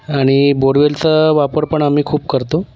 आणि बोडवेलचा वापर पण आम्ही खूप करतो